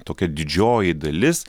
tokia didžioji dalis